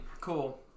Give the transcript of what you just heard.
Cool